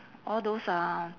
all those uh